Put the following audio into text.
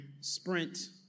Sprint